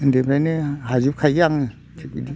उन्दैनिफ्रायनो हाजोबखायो आङो थिग बिदि